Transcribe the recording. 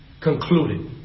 concluded